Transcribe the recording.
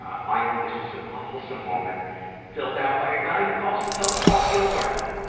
ah finally this is an awfulsome moment filled out by a guy who calls himself paul gilmartin.